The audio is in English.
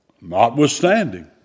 notwithstanding